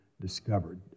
discovered